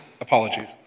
Apologies